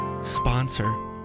sponsor